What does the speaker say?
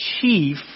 chief